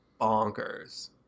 bonkers